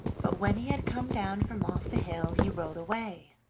but when he had come down from off the hill he rode away,